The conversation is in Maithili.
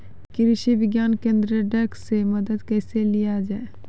कृषि विज्ञान केन्द्रऽक से मदद कैसे लिया जाय?